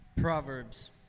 Proverbs